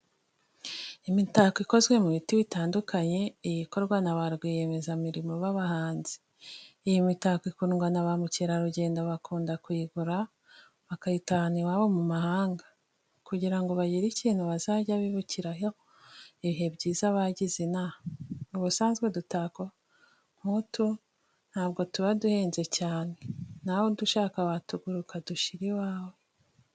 Imitako ikozwe mu biti bitandukanye, iyi ikorwa na ba rwiyemezamirimo b'abahanzi. Iyi mitako ikundwa na. ba mukerarugendo, bakunda kuyigura bakayitahana iwabo mu mahanga kugira ngo bagire ikintu bazajya bibukiraho ibihe byiza bagize inaha. Ubusanzwe udutako nk'utu ntabwo tuba duhenze cyane, nawe udushaka watugura ukadushira iwawe.